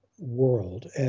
world